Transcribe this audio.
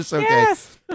Yes